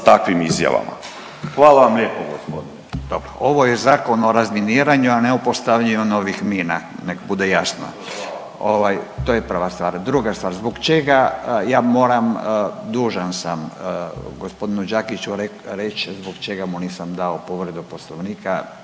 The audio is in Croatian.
Hvala lijepo gospodine